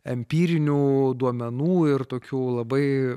empirinių duomenų ir tokių labai